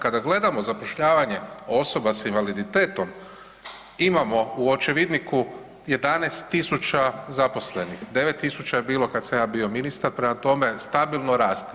Kada gledamo zapošljavanje osoba s invaliditetom imamo u očevidniku 11.000 zaposlenih, 9.000 je bilo kada sam ja bio ministar, prema tome stabilno raste.